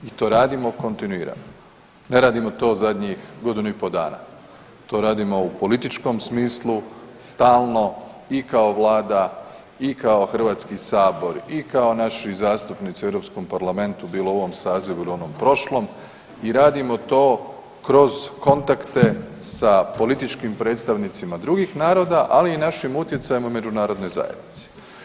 I to radimo kontinuirano, ne radimo to zadnjih godinu i pol dana, to radimo u političkom smislu stalno i kao vlada i kao Hrvatski sabor i kao naši zastupnici u Europskom parlamentu bilo u ovom sazivu ili onom prošlom i radimo to kroz kontakte sa političkim predstavnicima drugih naroda ali i našim utjecajem u međunarodnoj zajednici.